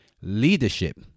Leadership